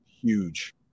Huge